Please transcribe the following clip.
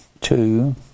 two